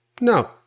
No